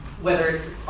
whether it's